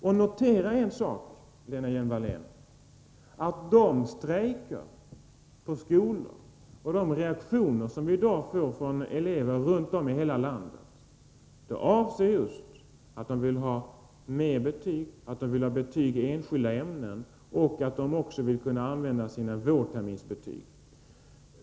Och notera en sak, Lena Hjelm-Wallén: De strejker som äger rum i skolor och de reaktioner som vi i dag får från elever runt om i hela landet avser just att de vill ha mer betyg, att de vill ha betyg i enskilda ämnen och att de vill använda sina vårterminsbetyg.